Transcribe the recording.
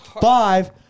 Five